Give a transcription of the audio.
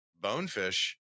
bonefish